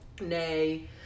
Nay